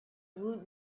woot